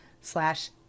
slash